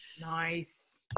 Nice